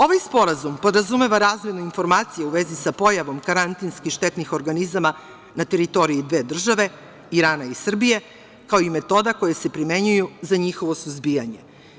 Ovaj sporazum podrazumeva razmenu informacija u vezi sa pojavom karantinski štetnih organizama na teritoriji dve države, Irana i Srbije, kao i metoda koji se primenjuju za njihovo suzbijanje.